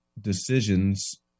decisions